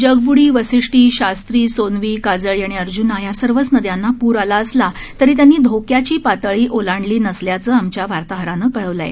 जगब्डी वाशिष्ठी शास्त्री सोनवी काजळी आणि अर्जुना या सर्वच नद्यांना पूर आला असला तरी त्यांनी धोक्याची पातळी ओलांडली नसल्याचं आमच्या वार्ताहरानं कळवलं आहे